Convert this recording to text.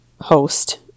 host